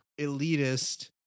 elitist